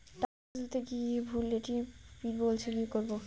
টাকা তুলতে গিয়ে ভুল এ.টি.এম পিন বলছে কি করবো?